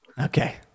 okay